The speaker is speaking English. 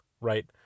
right